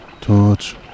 Torch